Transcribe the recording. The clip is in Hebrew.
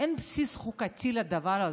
אין בסיס חוקתי לדבר הזה.